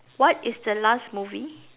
what is the last movie